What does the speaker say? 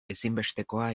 ezinbestekoa